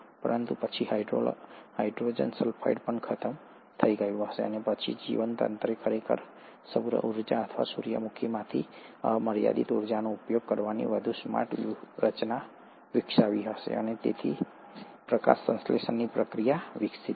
પરંતુ પછી hydrogen sulphide પણ ખતમ થઈ ગયું હશે અને પછી જીવતંત્રે ખરેખર સૌર ઊર્જા અથવા સૂર્યમાંથી અમર્યાદિત ઊર્જાનો ઉપયોગ કરવાની વધુ સ્માર્ટ વ્યૂહરચના વિકસાવી હશે અને તેથી પ્રકાશસંશ્લેષણની પ્રક્રિયા વિકસિત થઈ